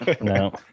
no